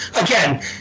Again